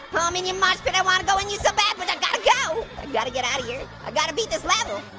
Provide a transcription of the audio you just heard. oh minion mosh pit, i wanna go in you so bad, but i gotta go, i gotta get outta here. i gotta beat this level.